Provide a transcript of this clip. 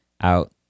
out